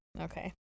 Okay